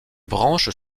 branches